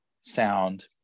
sound